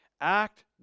act